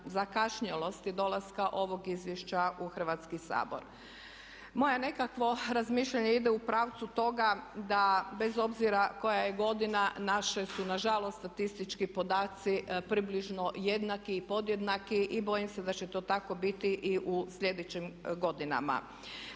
zakašnjelosti dolaska ovog izvješća u Hrvatski sabor. Moje nekakvo razmišljanje ide u pravcu toga da bez obzira koja je godina naši su nažalost statistički podaci približno jednaki i podjednaki i bojim se da će to tako biti i u sljedećim godinama.